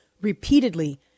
repeatedly